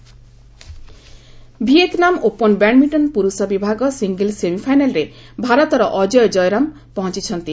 Vietnam Open Vietnam Open badminton ପୁରୁଷ ବିଭାଗ singles ସେମିଫାଇନାଲରେ ଭାରତର ଅଜୟ କୟରାମ ପହଞ୍ଚ ଛନ୍ତି